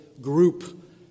group